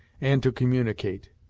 and to communicate.